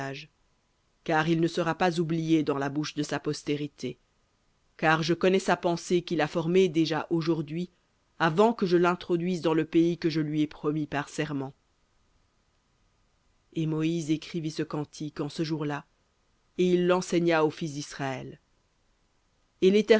car il ne sera pas oublié dans la bouche de sa postérité car je connais sa pensée qu'il a formée aujourd'hui avant que je l'introduise dans le pays que je lui ai promis par serment v litt et moïse écrivit ce cantique en ce jour-là et il l'enseigna aux fils d'israël